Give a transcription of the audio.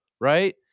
right